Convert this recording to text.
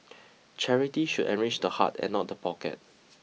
charity should enrich the heart and not the pocket